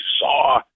saw